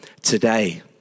today